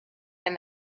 and